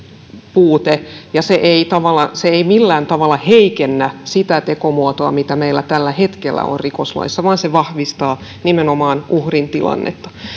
puute ja se ei millään tavalla heikennä sitä tekomuotoa mikä meillä tällä hetkellä on rikoslaissa vaan se vahvistaa nimenomaan uhrin tilannetta